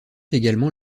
également